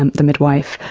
and the midwife,